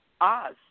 Oz